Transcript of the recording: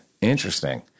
Interesting